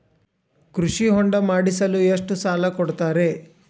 ಕೃಷಿ ಹೊಂಡ ಮಾಡಿಸಲು ಎಷ್ಟು ಸಾಲ ಕೊಡ್ತಾರೆ?